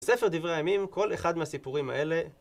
בספר דברי הימים כל אחד מהסיפורים האלה